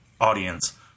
audience